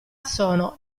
sono